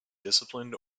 disciplined